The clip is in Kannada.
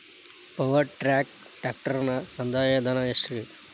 ಪವರ್ ಟ್ರ್ಯಾಕ್ ಟ್ರ್ಯಾಕ್ಟರನ ಸಂದಾಯ ಧನ ಎಷ್ಟ್ ರಿ?